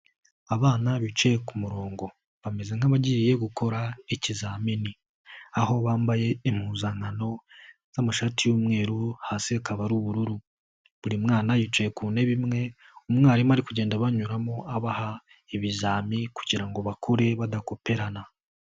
Abana bicaye ku murongo, bameze nk'abagiye gukora ikizamini. Aho bambaye impuzankano, z'amashati y'umweru hasi hakaba ari ubururu. Buri mwana yicaye ku ntebe imwe, umwarimu ari kugenda abanyuramo abaha ibizami, kugira ngo bakore badakoperana.